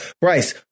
Bryce